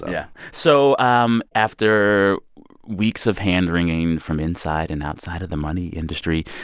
yeah. so um after weeks of hand-wringing from inside and outside of the money industry,